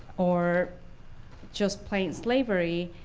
or just plain slavery,